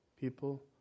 people